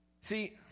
See